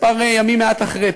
כמה ימים אחרי,